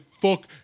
fuck